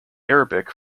arabic